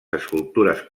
escultures